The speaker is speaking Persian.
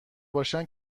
باشن